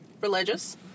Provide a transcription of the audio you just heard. religious